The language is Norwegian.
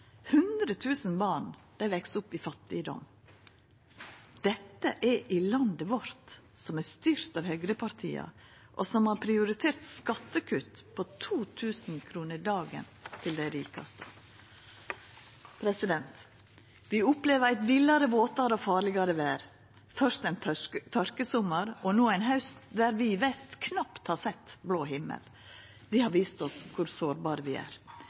000 barn veks opp i fattigdom. Dette er i landet vårt, som er styrt av høgrepartia, og som har prioritert skattekutt på 2 000 kr dagen til dei rikaste. Vi opplever eit villare, våtare og farlegare vêr – først ein tørkesommar og no ein haust der vi i vest knapt har sett blå himmel. Det har vist oss kor sårbare vi er.